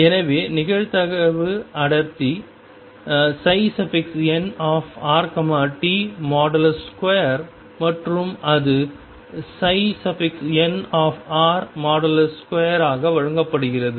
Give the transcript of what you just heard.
எனவே நிகழ்தகவு அடர்த்தி nrt2 மற்றும் அது nr2 ஆக வழங்கப்படுகிறது